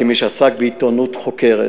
כמי שעסק בעיתונות חוקרת